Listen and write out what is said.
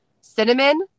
cinnamon